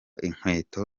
inkweto